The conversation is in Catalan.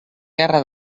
guerra